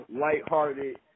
lighthearted